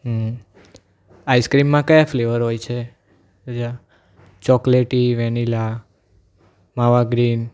હં આઈસ્ક્રીમમાં કયા ફ્લેવર હોય છે એટલે ચોકલેટી વેનીલા માવા ગ્રીન